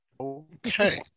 Okay